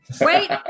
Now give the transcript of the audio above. Wait